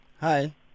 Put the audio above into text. Hi